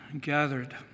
gathered